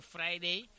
Friday